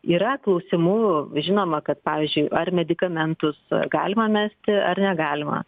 yra klausimų žinoma kad pavyzdžiui ar medikamentus galima mesti ar negalima